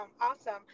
Awesome